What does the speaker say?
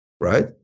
right